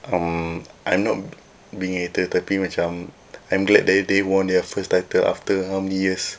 um I'm not being a hater tapi macam I'm glad that they won their first title after how many years